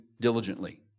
diligently